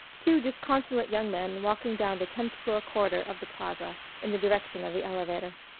two disconsolate young men walking down the tenth-floor corridor of the plaza in the direction of the elevator.